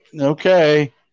Okay